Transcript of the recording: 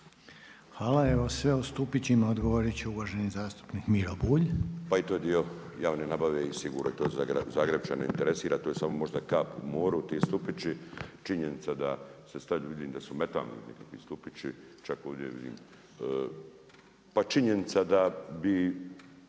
Hvala. Evo sve o stupićima odgovorit će uvaženi zastupnik Miro Bulj. **Bulj, Miro (MOST)** Pa i to je dio javne nabave i sigurno to Zagrepčane interesira to je samo možda kap u moru ti stupići. Činjenica da … vidim da su metalni nekakvi stupići, čak ovdje vidim pa činjenica da bi